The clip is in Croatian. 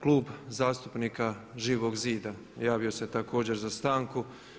Klub zastupnika Živog zida javio se također za stanku.